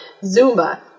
Zumba